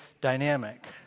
dynamic